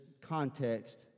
context